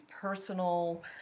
personal